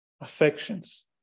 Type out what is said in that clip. Affections